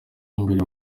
imbere